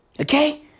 Okay